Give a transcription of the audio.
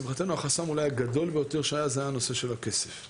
החסם אולי הגדול ביותר שהיה זה היה הנושא של המימון,